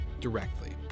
directly